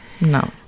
No